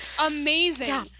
amazing